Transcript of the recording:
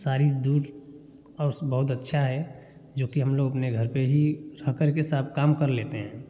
सारी बहुत अच्छा है जो कि हम लोग ने घर पे ही रहकर के सब काम कर लेते हैं